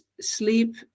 sleep